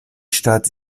stadt